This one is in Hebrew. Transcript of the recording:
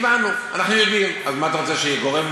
אפילו בתקופה של הוועדה הקרואה,